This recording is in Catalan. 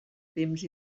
temps